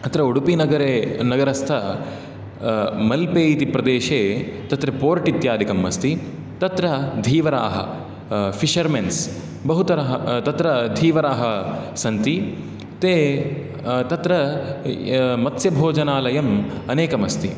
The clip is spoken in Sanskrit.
अत्र उडपिनगरे नगरस्थ मल्पे इति प्रदेशे तत्र पोर्ट् इत्यादिकमस्ति तत्र धीवराः फ़िशर् मेन्स बहुतरः तत्र धीवराः सन्ति ते तत्र मत्स्यभोजनालयम् अनेकं अस्ति